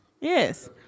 Yes